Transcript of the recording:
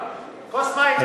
כוס מים תיתנו לו.